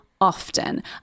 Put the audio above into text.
often